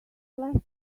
left